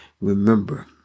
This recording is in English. Remember